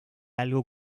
algo